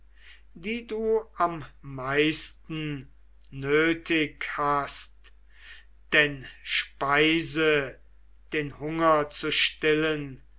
die du am meisten nötig hast denn speise den hunger zu stillen